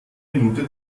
minute